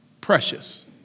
precious